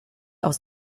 aus